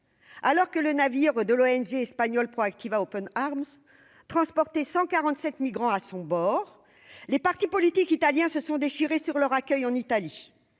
alors que le navire de l'ONG espagnole Proactiva Open Arms, transportait 147 migrants à son bord, les partis politiques italiens se sont déchirés sur leur accueil en Italie